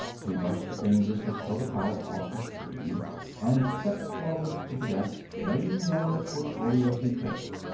he brushed the fingers of protocol off his sleeve and stepped forward to the desk, laying down the portfolio he carried.